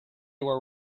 were